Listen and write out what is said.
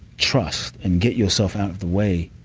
trust and get yourself out of the way,